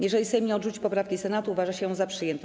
Jeżeli Sejm nie odrzuci poprawki Senatu, uważa się ją za przyjętą.